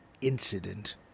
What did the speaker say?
incident